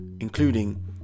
including